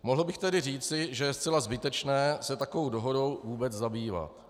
Mohl bych tedy říci, že je zcela zbytečné se takovou dohodou vůbec zabývat.